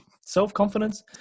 self-confidence